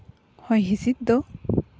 ᱦᱚᱭ ᱦᱤᱸᱥᱤᱫ ᱫᱚ